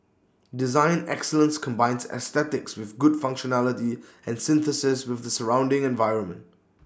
design excellence combines aesthetics with good functionality and synthesis with the surrounding environment